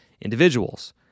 individuals